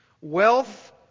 wealth